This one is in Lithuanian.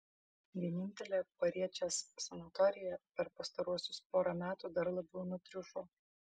vienintelė pariečės sanatorija per pastaruosius porą metų dar labiau nutriušo